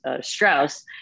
Strauss